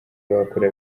bakura